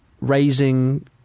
raising